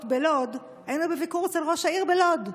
בלוד אנחנו היינו בביקור אצל ראש העיר בלוד.